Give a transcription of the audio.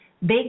Big